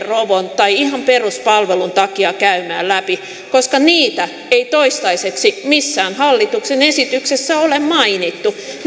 rovon tai ihan peruspalvelun takia käymään läpi koska niitä ei toistaiseksi missään hallituksen esityksessä ole mainittu